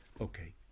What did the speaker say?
Okay